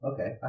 okay